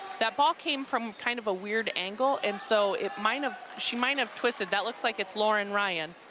that ball came from kind of aweird angle and so it might have she might have twisted that looks like it's lauren ryan.